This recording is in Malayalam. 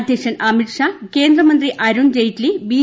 അധ്യക്ഷൻ അമിത് ഷാ കേന്ദ്രമന്ത്രി അരുൺ ജയ്റ്റ്ലി ബി